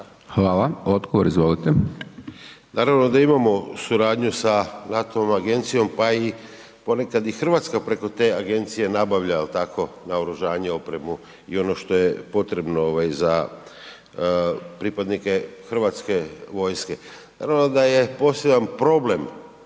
Hvala. Odgovor, izvolite.